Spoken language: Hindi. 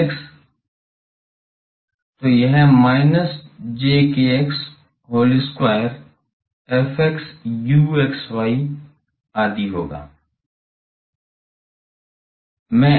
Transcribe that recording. तो यह minus j kx whole square Fxu आदि होगा आप कर सकते हैं